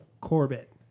Corbett